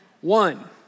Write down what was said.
one